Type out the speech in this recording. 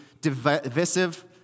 divisive